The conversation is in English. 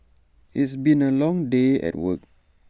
it's been A long day at work